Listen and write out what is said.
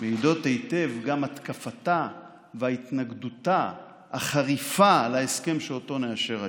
מעידות היטב גם התקפתה והתנגדותה החריפה להסכם שאותו נאשר היום.